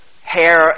hair